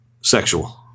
Sexual